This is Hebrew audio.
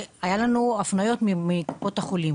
שהיו לנו הפניות מקופות החולים,